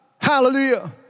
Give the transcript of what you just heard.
Hallelujah